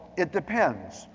it depends,